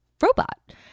robot